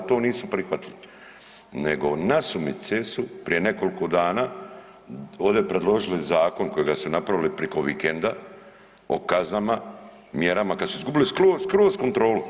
To nisu prihvatili, nego nasumice su prije nekoliko dana ovdje predložili zakon kojega su napravili preko vikenda o kaznama, mjerama kada su izgubili skroz, skroz kontrolu.